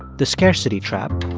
the scarcity trap,